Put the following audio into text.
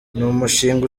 umushinga